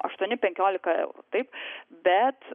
aštuoni penkiolika eurų taip bet